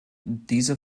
diese